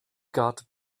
guard